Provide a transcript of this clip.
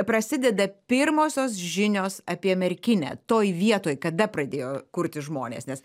prasideda pirmosios žinios apie merkinę toj vietoj kada pradėjo kurtis žmonės nes